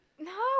No